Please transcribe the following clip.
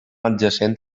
adjacent